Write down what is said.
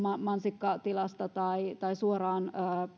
mansikkatilalta tai tai suoraan